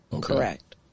correct